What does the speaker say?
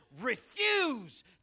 refuse